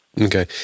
Okay